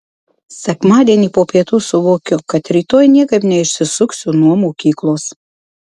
sekmadienį po pietų suvokiu kad rytoj niekaip neišsisuksiu nuo mokyklos